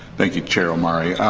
thank you, chair omari.